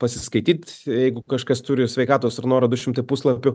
pasiskaityt jeigu kažkas turi sveikatos ir noro du šimtai puslapių